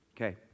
Okay